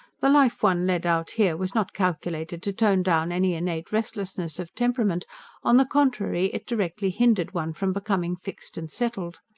the life one led out here was not calculated to tone down any innate restlessness of temperament on the contrary, it directly hindered one from becoming fixed and settled.